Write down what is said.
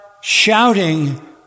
shouting